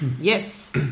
Yes